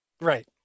Right